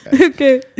Okay